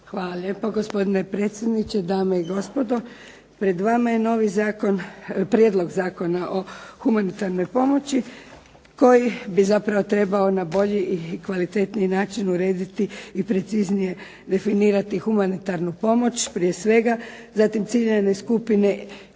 Hvala lijepa gospodine predsjedniče, dame i gospodo. Pred vama je novi Prijedlog zakona o humanitarnoj pomoći koji bi zapravo trebao na bolji i kvalitetniji način urediti i preciznije definirati humanitarnu pomoć prije svega, zatim ciljane skupine